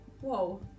Whoa